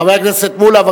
חבר הכנסת מולה.